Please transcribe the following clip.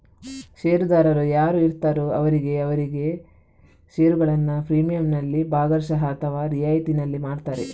ಷೇರುದಾರರು ಯಾರು ಇರ್ತಾರೋ ಅವರಿಗೆ ಅವರಿಗೆ ಷೇರುಗಳನ್ನ ಪ್ರೀಮಿಯಂನಲ್ಲಿ ಭಾಗಶಃ ಅಥವಾ ರಿಯಾಯಿತಿನಲ್ಲಿ ಮಾರ್ತಾರೆ